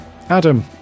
adam